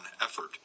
effort